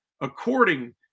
according